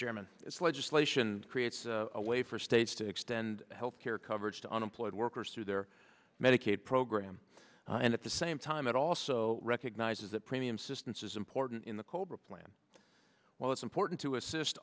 german as legislation creates a way for states to extend health care coverage to unemployed workers through their medicaid program and at the same time it also recognizes that premium systems is important in the cobra plan well it's important to assist